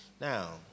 Now